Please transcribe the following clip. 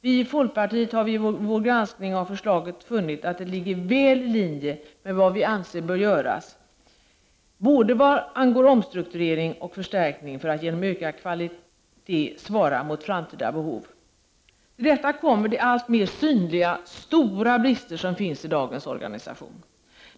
Vi i folkpartiet har vid vår granskning av förslaget funnit att det ligger väl i linje med vad vi anser bör göras, både när det gäller omstrukturering och förstärkning för att genom ökad kvalitet svara mot framtida behov. Till detta kommer de alltmer synliga stora brister som finns i dagens organisation.